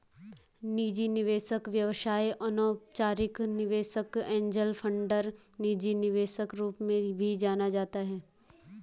निजी निवेशक व्यवसाय अनौपचारिक निवेशक एंजेल फंडर निजी निवेशक रूप में भी जाना जाता है